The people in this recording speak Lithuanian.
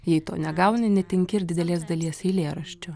jei to negauni netenki ir didelės dalies eilėraščių